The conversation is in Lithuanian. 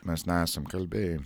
mes nesam kalbėję